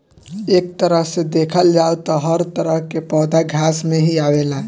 एक तरह से देखल जाव त हर तरह के पौधा घास में ही आवेला